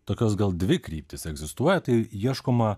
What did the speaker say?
tokios gal dvi kryptys egzistuoja tai ieškoma